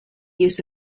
use